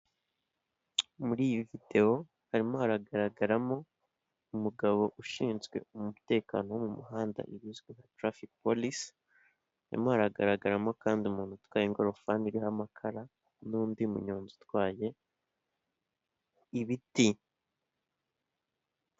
Muri iyi videwo harimo hagaragaramo umugabo ushinzwe umutekano wo mu muhanda ibizwi nka tarafike polisi, harimo haragaragaramo kandi umuntu utwaye ingorofani iriho amakara n'undi munyozi utwaye ibiti.